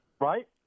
Right